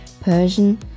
Persian